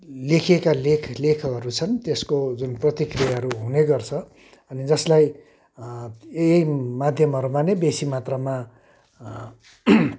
लेखिएका लेख लेखहरू छन् त्यसको जुन प्रतिक्रियाहरू हुने गर्छ अनि जसलाई यही माध्यमहरूमा नै बेसी मात्रामा